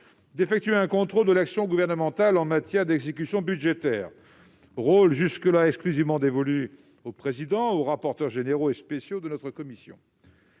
d'effectuer un contrôle de l'action gouvernementale en matière d'exécution budgétaire, rôle jusque-là exclusivement dévolu aux présidents, aux rapporteurs généraux et spéciaux de ces commissions.